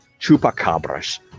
chupacabras